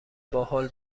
باحال